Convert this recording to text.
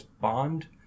Bond